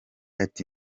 ati